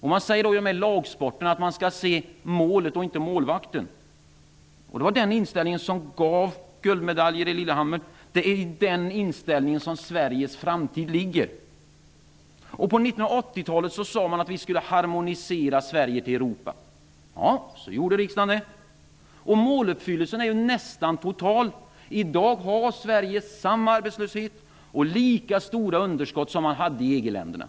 I lagsporterna sägs det att man skall se målet och inte målvakten. Det var den inställningen som gav guldmedaljen i Lillehammer. Det är den inställningen som är Sveriges framtid. På 1980-talet sade man att Sverige skulle harmoniseras med Europa. Riksdagen såg till att det blev så. Måluppfyllelsen är nästan total. I dag har Sverige samma arbetslöshet och lika stora underskott som man hade i EG-länderna.